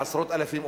לעשרות אלפים,